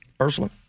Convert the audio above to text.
Ursula